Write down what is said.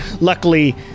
Luckily